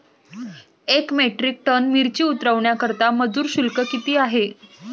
एक metric ton मिरची उतरवण्याकरता मजुर शुल्क किती आहे?